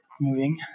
moving